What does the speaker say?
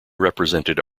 represented